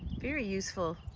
very useful.